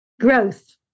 growth